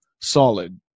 solid